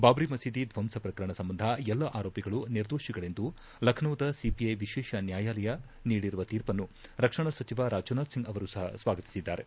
ಬಾಬ್ರ ಮಸೀದಿ ದ್ವಂಸ ಪ್ರಕರಣ ಸಂಬಂಧ ಎಲ್ಲಾ ಆರೋಪಿಗಳು ನಿರ್ದೋಷಿಗಳೆಂದು ಲಖನೌದ ಸಿಐಐ ವಿಶೇಷ ನ್ಯಾಯಾಲಯ ನೀಡಿರುವ ತೀರ್ಪನ್ನು ರಕ್ಷಣಾ ಸಚಿವ ರಾಜನಾಥ್ ಸಿಂಗ್ ಅವರೂ ಸಪ ಸ್ವಾಗತಿಸಿದ್ದಾರೆ